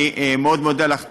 אני מאוד מודה לך,